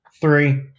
three